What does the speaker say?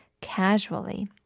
casually